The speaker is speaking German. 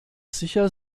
sicher